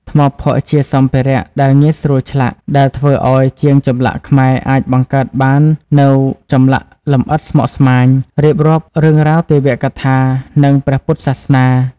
ថ្មភក់ជាសម្ភារៈដែលងាយស្រួលឆ្លាក់ ដែលធ្វើអោយជាងចម្លាក់ខ្មែរអាចបង្កើតបាននូវចម្លាក់លម្អិតស្មុគស្មាញ រៀបរាប់រឿងរ៉ាវទេវកថា និងព្រះពុទ្ធសាសនា។